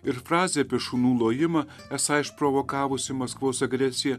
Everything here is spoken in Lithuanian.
ir frazė apie šunų lojimą esą išprovokavusi maskvos agresiją